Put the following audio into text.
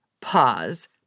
pause